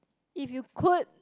if you could